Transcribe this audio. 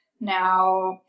now